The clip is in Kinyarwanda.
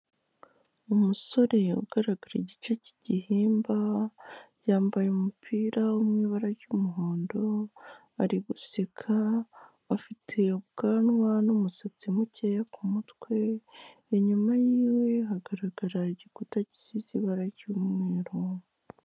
Umusore ugaragara igice k'igihimba, yambaye umupira uri mu ibara ry'umuhondo, ari guseka, afite ubwanwa n'umusatsi mukeya ku mutwe, inyuma yiwe hagaragara igikuta gisize ibara ry'umweru.